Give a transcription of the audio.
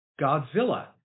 godzilla